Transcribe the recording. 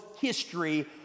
history